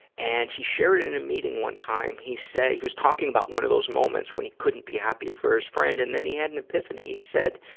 and he shared in a meeting one time. he said, he was talking about one of those moments when he couldn't be happy for his friend. and then he had an epiphany he said,